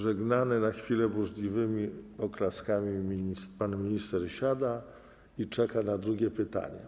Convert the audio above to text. Żegnany na chwilę burzliwymi oklaskami pan minister siada i czeka na drugie pytanie.